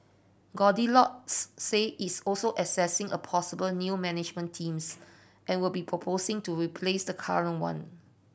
goldilocks said it's also assessing a possible new management team and will be proposing to replace the current one